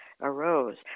arose